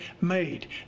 made